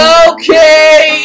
okay